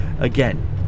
again